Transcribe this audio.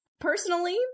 Personally